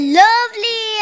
lovely